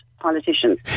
politicians